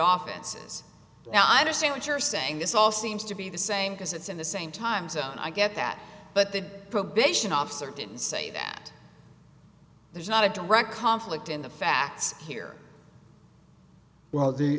offices now i understand what you're saying this all seems to be the same because it's in the same time zone and i get that but the probation officer didn't say that there's not a direct conflict in the facts here well